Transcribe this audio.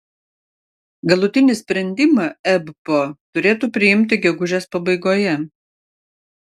galutinį sprendimą ebpo turėtų priimti gegužės pabaigoje